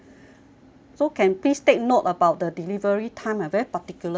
so can please take note about the delivery time I very particular about that